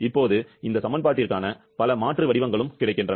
இப்போது இந்த சமன்பாட்டிற்கான பல மாற்று வடிவங்களும் கிடைக்கின்றன